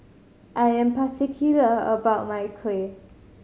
I am particular about my Kuih